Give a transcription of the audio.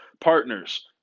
Partners